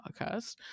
podcast